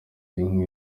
ariko